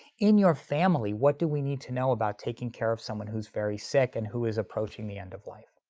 in your family what do we need to know about taking care of someone who's very sick and who is approaching the end of life.